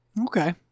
Okay